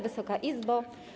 Wysoka Izbo!